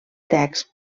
text